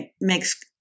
makes